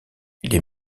les